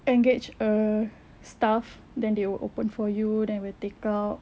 engage a staff then they will open for you then they will take out